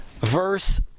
verse